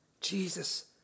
Jesus